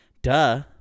duh